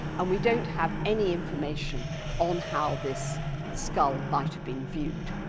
and we don't have any information on how this skull might have been viewed.